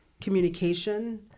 communication